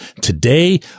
today